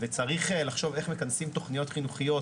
וצריך לחשוב איך מכנסים תכניות חינוכיות,